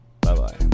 Bye-bye